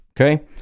okay